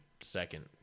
second